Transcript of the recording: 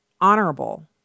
honorable